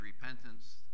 repentance